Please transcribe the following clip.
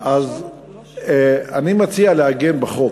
אז אני מציע לעגן בחוק,